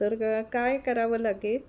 तर काय करावं लागेल